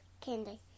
candy